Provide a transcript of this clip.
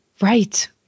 right